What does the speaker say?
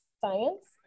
Science